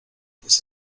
pues